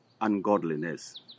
ungodliness